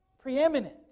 Preeminent